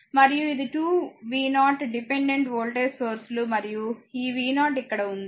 మరియు ఇది 2v0 dependent వోల్టేజీలు మరియు ఈ v0 ఇక్కడ ఉంది